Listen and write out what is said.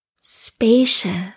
spacious